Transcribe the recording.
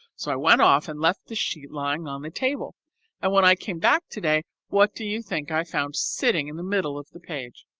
so i went off and left the sheet lying on the table, and when i came back today, what do you think i found sitting in the middle of the page?